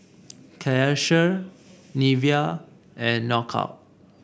Karcher Nivea and Knockout